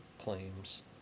claims